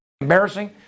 embarrassing